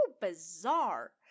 bizarre